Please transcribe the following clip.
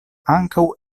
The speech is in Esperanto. ankaŭ